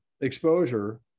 exposure